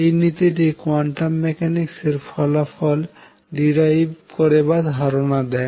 এই নীতিটি quantum mechanics এর ফলাফল ডিরাইভ করে বা ধারনা দেয়